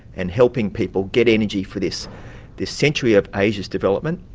and helping people get energy for this this century of asia's development,